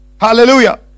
hallelujah